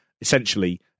essentially